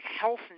health